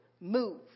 Move